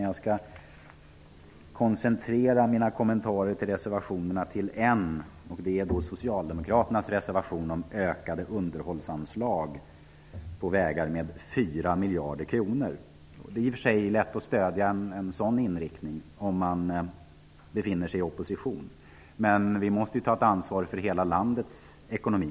Jag skall koncentrera mina kommentarer till Det är i och för sig lätt att stödja en sådan inriktning om man befinner sig i opposition. Men vi måste ta ansvar för hela landets ekonomi.